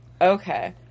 Okay